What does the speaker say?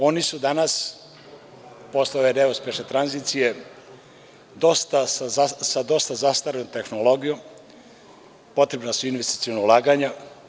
Oni su danas posle ove neuspešne tranzicije sa dosta zastarelom tehnologijom, potrebna su investiciona ulaganja.